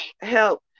help